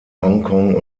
hongkong